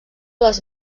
les